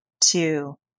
two